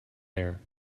there